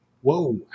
whoa